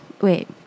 wait